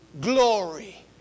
glory